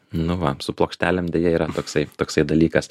nu va su plokštelėm deja yra toksai toksai dalykas